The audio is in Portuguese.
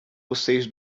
vocês